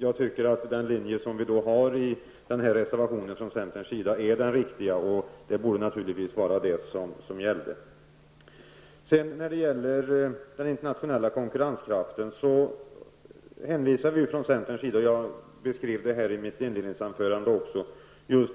Jag tycker att den linje som centern har i den här reservationen är den riktiga, och det borde naturligtvis vara den som skall gälla. När det gäller den internationella konkurrenskraften hänvisar centern, och jag beskrev det i mitt inledningsanförande,